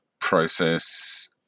process